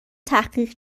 تحقیق